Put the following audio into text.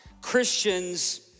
Christians